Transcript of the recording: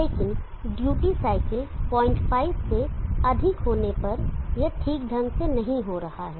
लेकिन duty cycle 05 duty cycle 05 से अधिक होने पर यह ठीक ढंग से नहीं हो रहा है